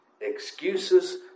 excuses